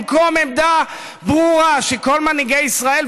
במקום עמדה ברורה של כל מנהיגי ישראל,